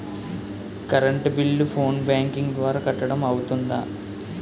Current bill phone banking ద్వారా కట్టడం అవ్తుందా?